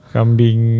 Kambing